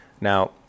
now